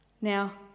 Now